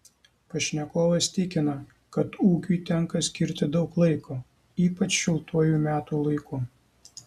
pašnekovas tikina kad ūkiui tenka skirti daug laiko ypač šiltuoju metų laiku